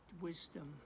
wisdom